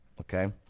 Okay